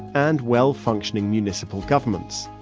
and well-functioning municipal governments.